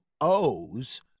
O's